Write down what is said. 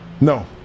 No